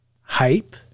Hype